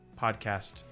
podcast